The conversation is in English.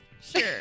Sure